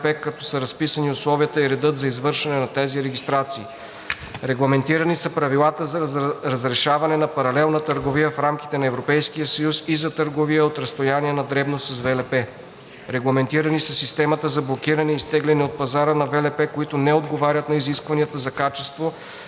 като са разписани условията и редът за извършване на тези регистрации. Регламентирани са правилата за разрешаване на паралелна търговия в рамките на Европейския съюз и за търговия от разстояние на дребно с ВЛП. Регламентирани са системата за блокиране и изтегляне от пазара на ВЛП, които не отговарят на изискванията за качество,